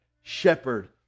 shepherd